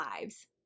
lives